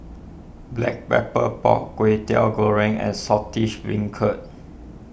Black Pepper Pork Kwetiau Goreng and Saltish Beancurd